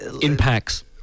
Impacts